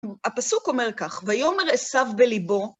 הפסוק אומר כך, ויאמר עשיו בליבו